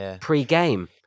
pre-game